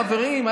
חברים,